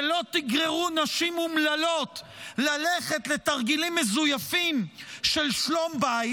ולא תגררו נשים אומללות ללכת לתרגילים מזויפים של שלום בית,